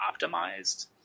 optimized